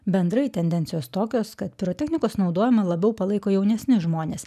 bendrai tendencijos tokios kad pirotechnikos naudojimą labiau palaiko jaunesni žmonės